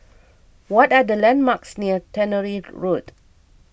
what are the landmarks near Tannery Road